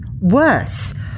Worse